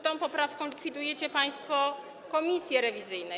Tą poprawką likwidujecie państwo komisje rewizyjne.